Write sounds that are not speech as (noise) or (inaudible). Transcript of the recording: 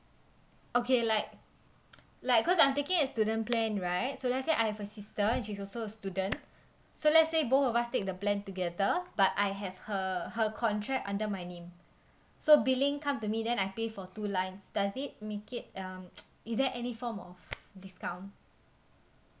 okay like like cause I'm taking a student plan right so let say I have a sister and she's also a student so let's say both of us take the plan together but I have her her contract under my name so billing come to me then I pay for two lines does it make it uh (noise) is there any form of discount